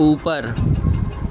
اوپر